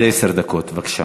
עד עשר דקות, בבקשה.